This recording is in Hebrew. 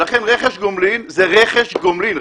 לכן רכש גומלין הוא רכש גומלין.